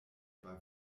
bei